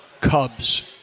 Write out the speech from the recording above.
Cubs